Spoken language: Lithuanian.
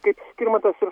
kaip skirmantas ir